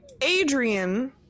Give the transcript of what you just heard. Adrian